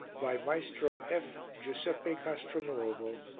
by maestro f. giuseppe castronuovo,